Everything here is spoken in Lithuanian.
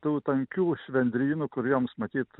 tų tankių švendrynų kur joms matyt